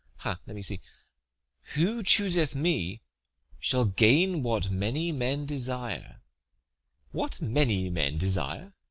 ha! let me see who chooseth me shall gain what many men desire what many men desire!